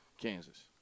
Kansas